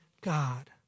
God